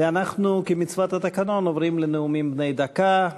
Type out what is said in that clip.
כמצוות התקנון, אנחנו עוברים לנאומים בני דקה.